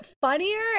funnier